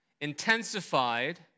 intensified